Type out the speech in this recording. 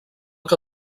que